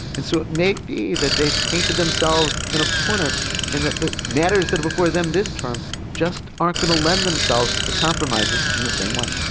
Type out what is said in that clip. and so it may be that they've painted themselves in a corner and that the matters that are before them this term just aren't going to lend themselves to compromises in the same way